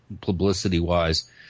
publicity-wise